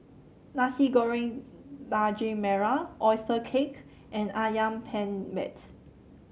Nasi Goreng Daging Merah oyster cake and ayam penyet